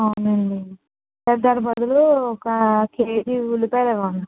అవునండి వద్దు దాని బదులు ఒక కేజీ ఉల్లిపాయలు ఇవ్వండి